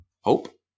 Hope